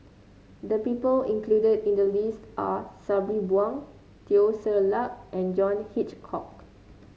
the people included in the list are Sabri Buang Teo Ser Luck and John Hitchcock